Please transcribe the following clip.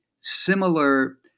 similar